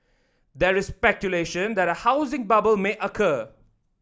there is speculation that a housing bubble may occur